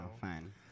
fine